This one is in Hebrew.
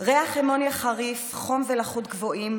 ריח אמוניה חריף, חום ולחות גבוהים.